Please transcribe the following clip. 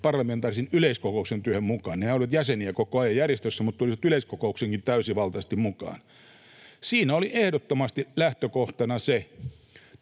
parlamentaarisen yleiskokouksen työhön. Sehän oli järjestössä jäsen koko ajan mutta silloin tuli yleiskokoukseenkin täysivaltaisesti mukaan. Siinä oli ehdottomasti lähtökohtana se...